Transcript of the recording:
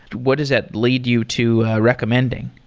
what does that lead you to recommending?